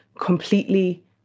completely